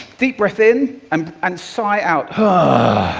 deep breath in, um and sigh out, and